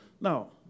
Now